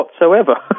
whatsoever